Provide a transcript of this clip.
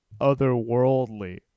otherworldly